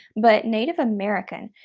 but native american.